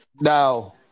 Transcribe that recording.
Now